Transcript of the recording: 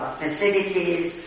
facilities